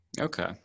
Okay